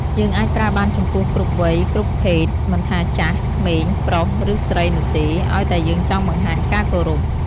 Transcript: យើងអាចប្រើបានចំពោះគ្រប់វ័យ គ្រប់ភេទ មិនថាចាស់ ក្មេង ប្រុសឬស្រីនោះទេ ឱ្យតែយើងចង់បង្ហាញការគោរព។